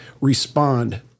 respond